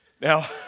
Now